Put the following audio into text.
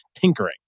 tinkering